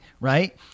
right